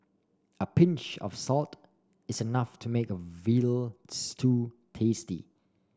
a pinch of salt is enough to make a veal stew tasty